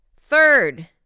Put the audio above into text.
Third